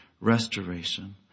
Restoration